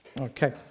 okay